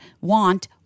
want